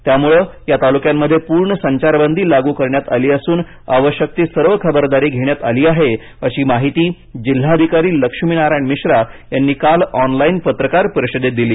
त्यामुळे या तालुक्यांमध्ये पूर्ण संचारबंदी लागू करण्यात आली असून आवश्यक ती सर्व खबरदारी घेण्यात आली आहे अशी माहिती जिल्हाधिकारी लक्ष्मीनारायण मिश्रा यांनी काल ऑनलाइन पत्रकार परिषदेत दिली